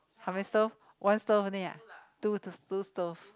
how many stove one stove only ah two two stove